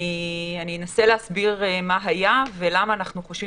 אני אנסה להסביר מה היה ולמה אנחנו חושבים